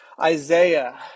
Isaiah